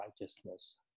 righteousness